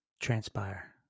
transpire